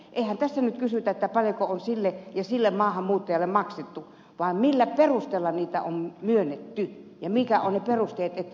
eihän tässä nyt kysytä paljonko on sille ja sille maahanmuuttajalle maksettu vaan millä perusteella niitä on myönnetty ja mitkä ovat ne perusteet että saa